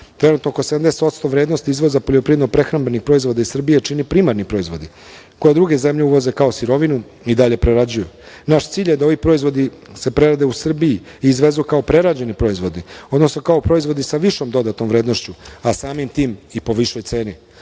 Trenutno oko 70% vrednosti izvoza poljoprivredno-prehrambenih proizvoda iz Srbije čine primarni proizvodi, koje druge zemlje uvoze kao sirovinu i dalje prerađuju. Naš cilj je da se ovi proizvodi prerade u Srbiji i izvezu kao prerađeni proizvodi, odnosno kao proizvodi sa višom dodatnom vrednošću, a samim tim i po višoj ceni.